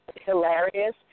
hilarious